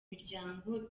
miryango